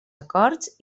acords